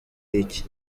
iki